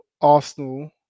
Arsenal